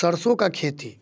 सरसों का खेती